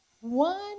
One